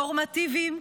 נורמטיביים,